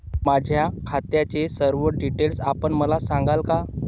माझ्या खात्याचे सर्व डिटेल्स आपण मला सांगाल का?